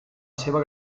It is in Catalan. seva